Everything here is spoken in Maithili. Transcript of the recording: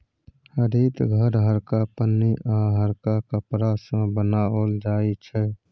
हरित घर हरका पन्नी आ हरका कपड़ा सँ बनाओल जाइ छै